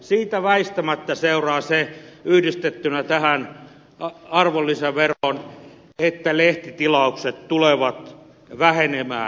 siitä väistämättä seuraa se yhdistettynä tähän arvonlisäveroon että lehtitilaukset tulevat vähenemään